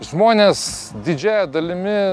žmonės didžiąja dalimi